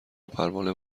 وپروانه